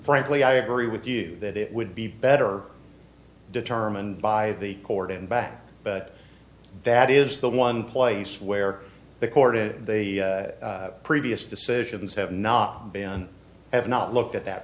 frankly i agree with you that it would be better determined by the court in back but that is the one place where the court in the previous decisions have not been have not looked at that